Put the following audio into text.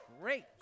Great